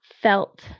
felt